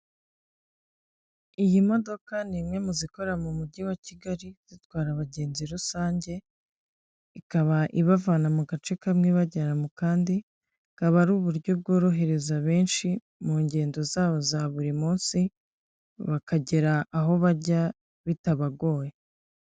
Iyi modoka ni imwe mu zikora mu mujyi wa Kigali zitwara abagenzi rusange, ikaba ibavana mu gace kamwe ibajyana mu kandi, akaba ari uburyo bworohereza benshi mu ngendo zabo za buri munsi bakagera aho bajya bitabagoye.